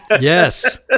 yes